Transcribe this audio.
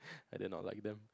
I did not like them